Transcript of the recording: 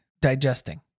Digesting